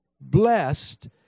blessed